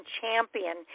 champion